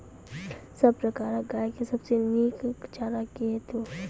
सब प्रकारक गाय के सबसे नीक चारा की हेतु छै?